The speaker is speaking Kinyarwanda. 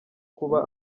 kuba